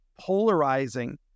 polarizing